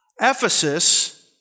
Ephesus